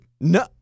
No